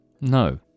No